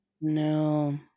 No